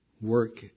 work